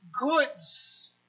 goods